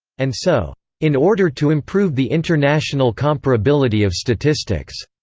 and so in order to improve the international comparability of statistics,